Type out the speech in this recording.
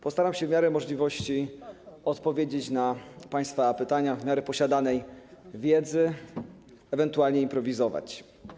Postaram się w miarę możliwości odpowiedzieć na państwa pytania w zależności od posiadanej wiedzy, ewentualnie improwizować.